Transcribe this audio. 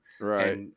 Right